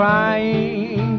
Crying